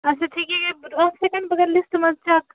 اچھا ٹھیٖک یکیٛاہ اکھ سیکنٛڈ بہٕ کٔرٕ لسٹ منٛز چک